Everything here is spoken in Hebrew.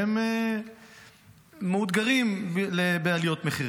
הם מאותגרים בעליות מחירים.